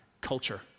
culture